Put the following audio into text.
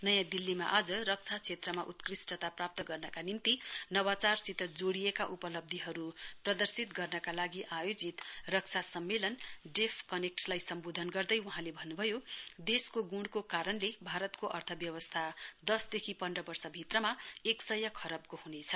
नयाँ दिल्लीमा आज रक्षा क्षेत्रमा उत्कृष्टता प्राप्त गर्नका निम्ति नवाचारसित जोडिएका उपलब्धीहरू प्रदर्शित गर्नका लागि आयोजित रक्षा सम्मेलन डेफ कनेक्ट लाई सम्बोधन गर्दै वहाँले भन्नुभयो देशको गुणको कारणले भारतको आर्थव्यवस्था दसदेखि पन्ध्र वर्षभित्रमा एकसय खरबको ह्नेछ